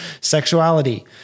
sexuality